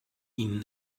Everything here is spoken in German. ihnen